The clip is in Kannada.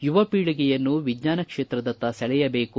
ಯುವ ಪೀಳಿಗೆಯನ್ನು ವಿಜ್ಞಾನ ಕ್ಷೇತ್ರದತ್ತ ಸೆಳೆಯಬೇಕು